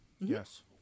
Yes